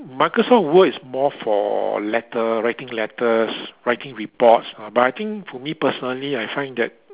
Microsoft Word is more for letter writing letters writing reports but I think for me personally I find that